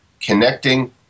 Connecting